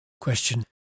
question